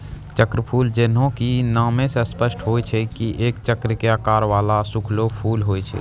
चक्रफूल जैन्हों कि नामै स स्पष्ट होय रहलो छै एक चक्र के आकार वाला सूखलो फूल होय छै